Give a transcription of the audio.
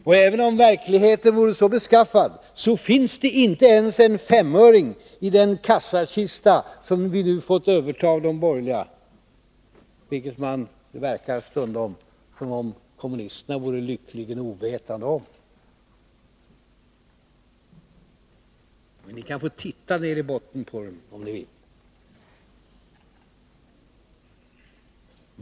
Och även om verkligheten vore så beskaffad, så finns det inte ens en femöring i den kassakista som vi nu fått överta av de borgerliga, vilket kommunisterna stundom tycks vara lyckligen ovetande om. Ni kan få titta ned på botten av den, om ni vill.